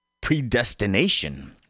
predestination